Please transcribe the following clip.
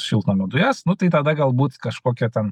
šiltnamio dujas nu tai tada galbūt kažkokia ten